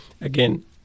Again